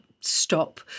stop